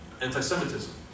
anti-Semitism